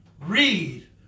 Read